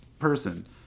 person